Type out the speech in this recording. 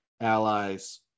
allies